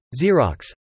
Xerox